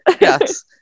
Yes